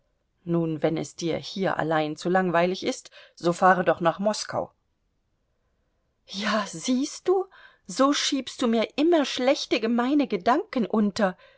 nun wenn es dir hier allein zu langweilig ist so fahre doch nach moskau ja siehst du so schiebst du mir immer schlechte gemeine gedanken unter